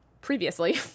previously